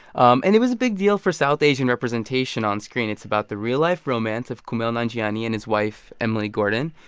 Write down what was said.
um and it was a big deal for south asian representation on screen. it's about the real-life romance of kumail nanjiani and his wife, emily gordon.